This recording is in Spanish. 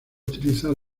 utilizar